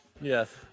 Yes